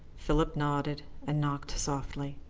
philip nodded and knocked softly.